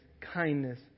kindness